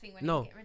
no